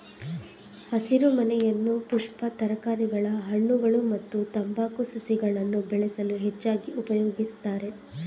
ಹಸಿರುಮನೆಯನ್ನು ಪುಷ್ಪ ತರಕಾರಿಗಳ ಹಣ್ಣುಗಳು ಮತ್ತು ತಂಬಾಕು ಸಸಿಗಳನ್ನು ಬೆಳೆಸಲು ಹೆಚ್ಚಾಗಿ ಉಪಯೋಗಿಸ್ತರೆ